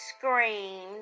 screamed